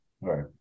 Right